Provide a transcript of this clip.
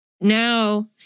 Now